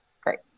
great